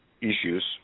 issues